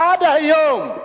עד היום,